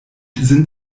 sind